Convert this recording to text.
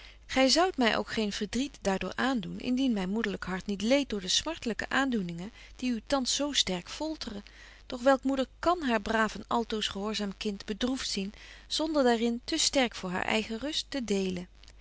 gy zoudt my ook geen verdriet daar door aandoen indien myn moederlyk hart niet leedt door de smartelyke aandoeningen die u thans zo sterk folteren doch welke moeder kan haar braaf en altoos gehoorzaam kind bedroeft zien zonder daarin te sterk voor hare eigen rust te deelen